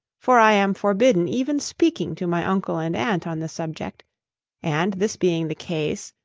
for i am forbidden even speaking to my uncle and aunt on the subject and this being the case,